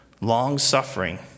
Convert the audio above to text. long-suffering